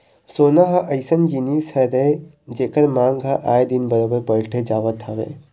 सोना ह अइसन जिनिस हरय जेखर मांग ह आए दिन बरोबर बड़ते जावत हवय